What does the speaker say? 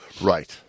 Right